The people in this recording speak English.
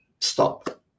stop